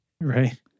Right